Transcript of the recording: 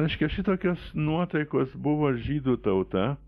reiškia šitokios nuotaikos buvo žydų tauta